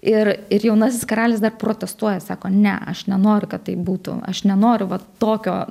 ir ir jaunasis karalius dar protestuoja sako ne aš nenoriu kad taip būtų aš nenoriu tokio